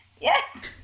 Yes